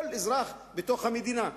כל אזרח בתוך המדינה,